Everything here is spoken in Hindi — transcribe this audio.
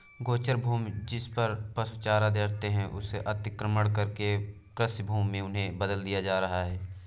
गोचर भूमि, जिसपर पशु चारा चरते हैं, उसका अतिक्रमण करके भी कृषिभूमि में उन्हें बदल दिया जा रहा है